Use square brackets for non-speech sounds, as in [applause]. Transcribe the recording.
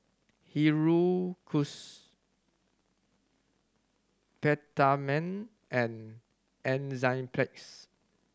[unintelligible] Peptamen and Enzyplex